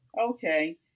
Okay